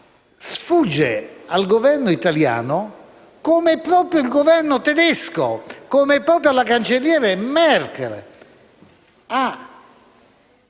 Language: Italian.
sfugge al Governo italiano come proprio il Governo tedesco e la cancelliera Merkel